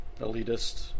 Elitist